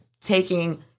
taking